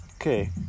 Okay